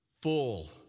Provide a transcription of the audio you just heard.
full